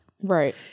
right